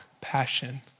passion